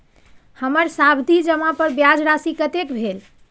हमर सावधि जमा पर ब्याज राशि कतेक भेल?